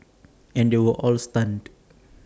and they were all stunned